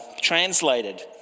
translated